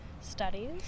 studies